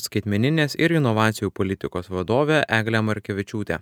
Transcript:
skaitmeninės ir inovacijų politikos vadovė eglė markevičiūtė